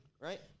right